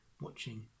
watching